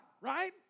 right